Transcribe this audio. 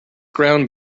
ground